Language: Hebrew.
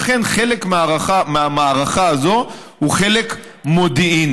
לכן חלק מהמערכה הזאת הוא חלק מודיעיני.